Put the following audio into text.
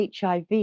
HIV